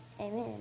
amen